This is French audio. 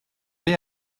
vais